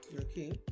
okay